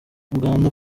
uganda